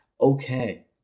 Okay